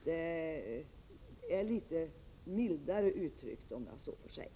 Det är litet mildare uttryckt, om jag så får säga.